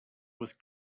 with